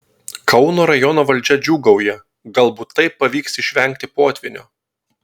kauno rajono valdžia džiūgauja galbūt taip pavyks išvengti potvynio